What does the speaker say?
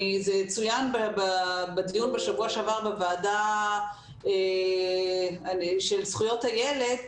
זה צוין בדיון בשבוע שעבר בוועדה של זכויות הילד,